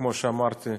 כמו שאמרתי,